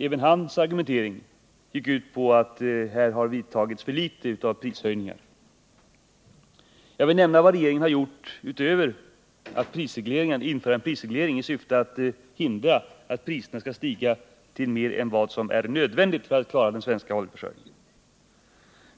även hans argumentering gick ut på att det har vidtagits för litet av prishöjningar. Regeringen har vidtagit flera åtgärder utöver att införa en prisreglering i syfte att hindra att priserna skall stiga mer än vad som är nödvändigt för att klara den svenska oljeförsörjningen.